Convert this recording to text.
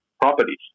properties